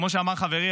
כמו שאמר חברי,